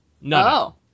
No